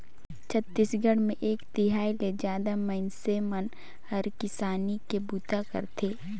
छत्तीसगढ़ मे एक तिहाई ले जादा मइनसे मन हर किसानी के बूता करथे